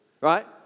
right